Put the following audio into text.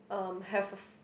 um have a f~